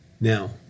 Now